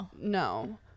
no